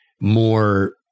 more